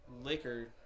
liquor